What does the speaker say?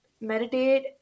meditate